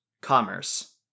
Commerce